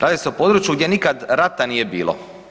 Radi se o području gdje nikad rata nije bilo.